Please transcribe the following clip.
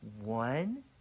One